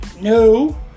No